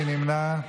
מי נמנע?